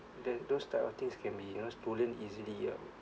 the those type of things can be you know stolen easily ah